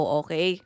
okay